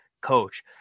coach